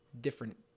different